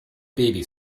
baby